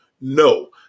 No